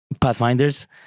Pathfinders